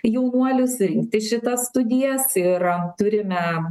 jaunuolius rinktis šitas studijas ir turime